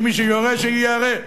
שמי שיורה שיירה.